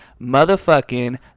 motherfucking